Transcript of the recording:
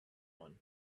one